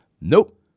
nope